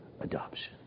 adoption